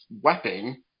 weapon